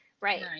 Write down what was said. right